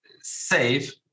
save